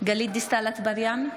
גלית דיסטל אטבריאן,